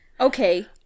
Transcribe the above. Okay